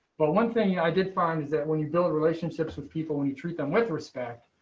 but one thing i did find is that when you build relationships with people when you treat them with respect